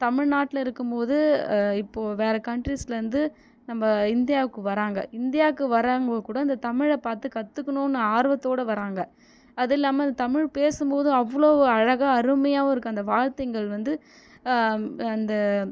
தமிழ்நாட்டில் இருக்கும் போது இப்போது வேறு கண்ட்ரிஸ்லேந்து நம்ம இந்தியாக்கு வராங்க இந்தியாக்கு வரவங்க கூட இந்த தமிழை பார்த்து கற்றுக்கணுன்னு ஆர்வத்தோடய வராங்க அது இல்லாமல் இந்த தமிழ் பேசும் போது அவ்வளோ ஒரு அழகாக அருமையாகவும் இருக்குது அந்த வார்த்தைங்கள் வந்து அந்த